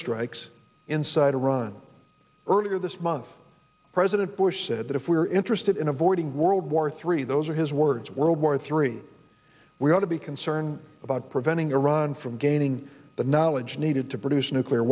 airstrikes inside iran earlier this month president bush said that if we are interested in avoiding world war three those are his words world war three we ought to be concerned about preventing iran from gaining the knowledge needed to produce nuclear